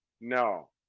No